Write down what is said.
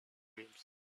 dreams